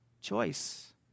Choice